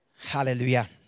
Hallelujah